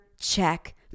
Check